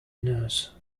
nurse